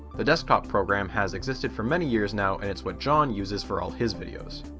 the desktop program has existed for many years now and it's what jon uses for all his videos.